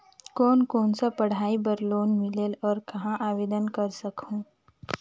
कोन कोन सा पढ़ाई बर लोन मिलेल और कहाँ आवेदन कर सकहुं?